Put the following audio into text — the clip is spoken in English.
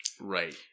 Right